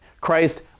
Christ